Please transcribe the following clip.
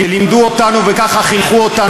שלימדו אותנו וככה חינכו אותנו,